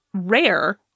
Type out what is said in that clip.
rare